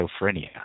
Schizophrenia